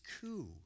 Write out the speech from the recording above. coup